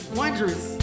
wondrous